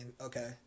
Okay